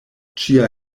ĉia